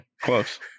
Close